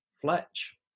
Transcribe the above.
Fletch